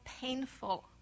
painful